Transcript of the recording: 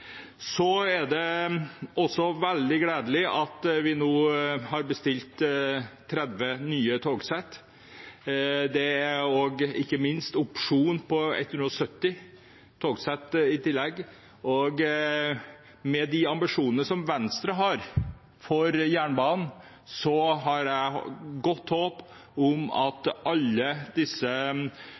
Det er også veldig gledelig at vi nå har bestilt 30 nye togsett. Det er i tillegg opsjon på 170 togsett. Med de ambisjonene som Venstre har for jernbanen, har jeg et godt håp om at alle disse